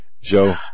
Joe